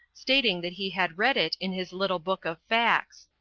stating that he had read it in his little book of facts.